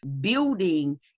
building